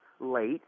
late